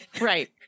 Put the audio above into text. right